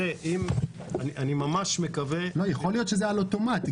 יכול להיות שזה על אוטומט.